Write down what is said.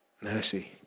Mercy